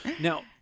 Now